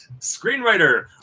screenwriter